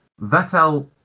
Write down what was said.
Vettel